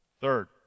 Third